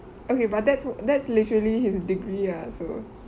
okay but that's that's literally his degree ah so